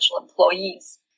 employees